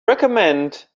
recommend